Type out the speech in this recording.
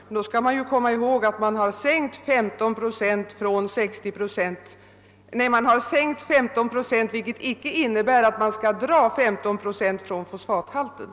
Men då skall vi komma ihåg att man har sänkt 15 procent av t.ex. 60 procent, vilket inte innebär att man skall dra 15 procent från 60 procent.